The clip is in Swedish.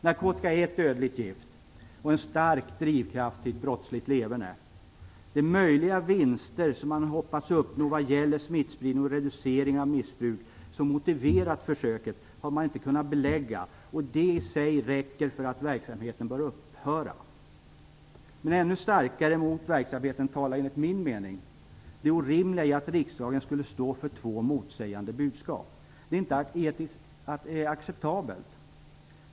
Narkotika är ett dödligt gift och en stark drivkraft till brottsligt leverne. De möjliga vinster som man hoppats uppnå vad gäller smittspridning och reducering av missbruk som motiverat försöket har man inte kunnat belägga. Det i sig räcker för att verksamheten bör upphöra. Ännu starkare mot verksamheten talar enligt min mening det orimliga i att riksdagen skulle stå för två motsägande budskap. Det är inte etiskt acceptabelt.